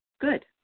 Good